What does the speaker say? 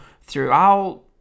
throughout